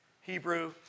Hebrew